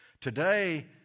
Today